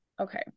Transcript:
Okay